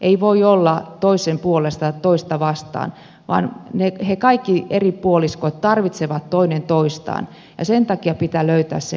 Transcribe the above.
ei voi olla toisen puolesta ja toista vastaan vaan kaikki eri puolet tarvitsevat toinen toistaan ja sen takia pitää löytää se balanssi